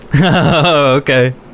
Okay